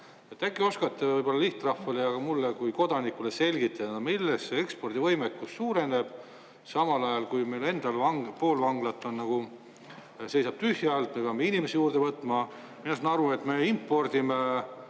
Äkki oskate võib-olla lihtrahvale ja mulle kui kodanikule selgitada, millest see ekspordivõimekus suureneb, samal ajal kui meil endal pool vanglat nagu seisab tühjalt, me peame inimesi juurde võtma. Ma saan aru, et me impordime